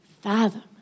fathom